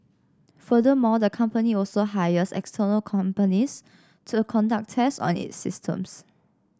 furthermore the company also hires external companies to conduct tests on its systems